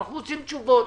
אנחנו רוצים תשובות.